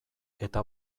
eta